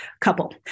couple